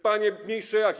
Panie ministrze Jaki!